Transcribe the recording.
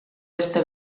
beste